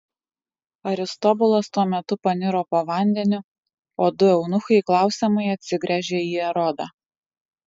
aristobulas tuo metu paniro po vandeniu o du eunuchai klausiamai atsigręžė į erodą